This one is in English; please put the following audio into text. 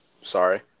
Sorry